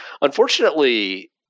unfortunately